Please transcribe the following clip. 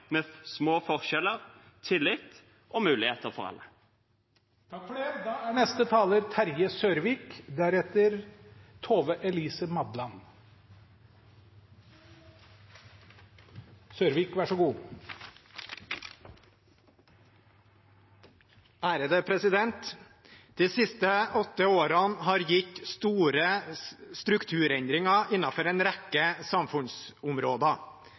med små forskjeller, tillit og muligheter for alle. De siste åtte årene har gitt store strukturendringer innenfor en rekke samfunnsområder.